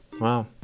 Wow